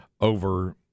over